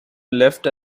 left